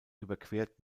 überquert